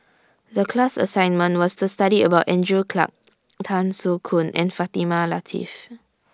The class assignment was to study about Andrew Clarke Tan Soo Khoon and Fatimah Lateef